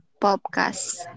podcast